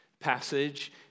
passage